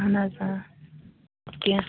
اَہَن حظ آ کیٚنٛہہ